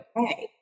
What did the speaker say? okay